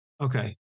Okay